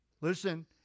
Listen